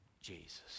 Jesus